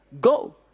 go